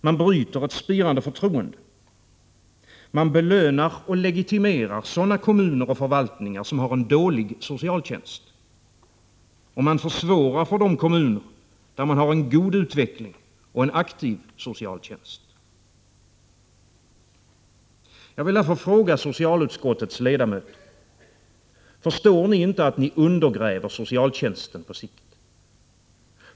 Man bryter ett spirande förtroende. Man belönar och legitimerar kommuner och förvaltningar som har en dålig socialtjänst. Och man försvårar för de kommuner där man har en god utveckling och en aktiv socialtjänst. Jag vill därför fråga socialutskottets ledamöter: Förstår ni inte att ni på sikt undergräver socialtjänsten?